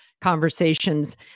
conversations